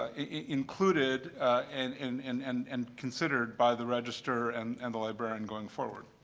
ah included and and and and and considered by the register and and the librarian going forward.